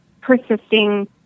persisting